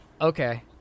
Okay